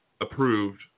approved